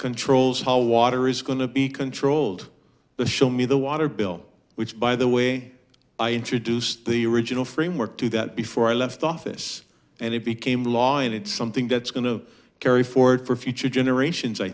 controls how water is going to be controlled the show me the water bill which by the way i introduced the original framework to that before i left office and it became law and it's something that's going to carry forward for future generations i